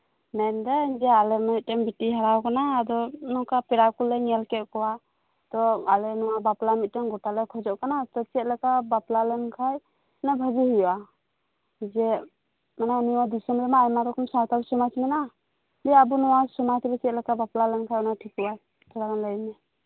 ᱢᱮᱱᱫᱟᱹᱧ ᱡᱮ ᱟᱞᱮ ᱢᱤᱫ ᱴᱮᱱ ᱵᱤᱴᱤᱭ ᱦᱟᱨᱟ ᱟᱠᱟᱱᱟᱭ ᱟᱫᱚ ᱱᱚᱝᱠᱟ ᱯᱮᱲᱟ ᱠᱚᱞᱮ ᱧᱮᱞ ᱠᱮᱫ ᱠᱚᱣᱟ ᱛᱚ ᱟᱞᱮ ᱱᱚᱶᱟ ᱵᱟᱯᱞᱟ ᱢᱤᱫ ᱴᱮᱱ ᱜᱚᱴᱟᱞᱮ ᱠᱷᱚᱡᱚᱜ ᱠᱟᱱᱟ ᱛᱚ ᱪᱮᱫ ᱞᱮᱠᱟ ᱵᱟᱯᱞᱟ ᱞᱮᱱᱠᱷᱟᱱ ᱛᱤᱱᱟᱹᱜ ᱵᱷᱟᱜᱮ ᱦᱳᱭᱳᱜᱼᱟ ᱡᱮ ᱚᱱᱟ ᱱᱚᱶᱟ ᱫᱤᱥᱚᱢ ᱨᱮᱢᱟ ᱟᱭᱢᱟ ᱨᱚᱠᱚᱢ ᱥᱟᱶᱛᱟᱞ ᱥᱚᱢᱟᱡᱽ ᱢᱮᱱᱟᱜᱼᱟ ᱫᱤᱭᱮ ᱟᱵᱚ ᱱᱚᱶᱟ ᱥᱚᱢᱟᱡᱽ ᱨᱮ ᱚᱠᱟᱞᱮᱠᱟ ᱵᱟᱯᱞᱟ ᱞᱮᱱ ᱠᱷᱟᱱ ᱴᱷᱤᱠᱚᱜᱼᱟ ᱛᱷᱚᱲᱟᱢ ᱞᱟᱹᱭᱟᱹᱧᱟ